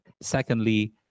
Secondly